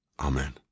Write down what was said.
Amen